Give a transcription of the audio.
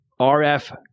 RF